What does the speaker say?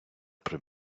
про